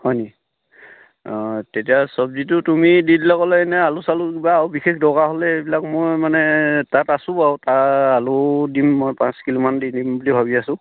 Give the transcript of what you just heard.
হয়নি অঁ তেতিয়া চব্জিটো তুমি দি দিলে ক'লে এনে আলু চালু কিবা আৰু বিশেষ দৰকাৰ হ'লে এইবিলাক মই মানে তাত আছোঁ বাৰু তাৰ আলুও দিম মই পাঁচ কিলোমান দি দিম বুলি ভাবি আছোঁ